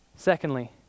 Secondly